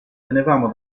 tenevamo